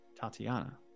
Tatiana